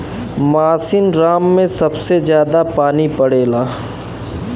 मासिनराम में सबसे जादा पानी पड़ला